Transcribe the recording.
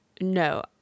No